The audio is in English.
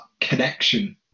connection